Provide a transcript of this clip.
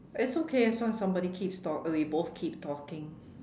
it's okay as long as somebody keeps talk we both keep talking